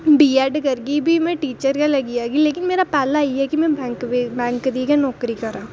BEd करी लैगी भी में टीचर गै लग्गी जाह्गी ते मेरा पैह्ला इ'यै कि में बैंक दी गै नौकरी करां